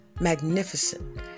magnificent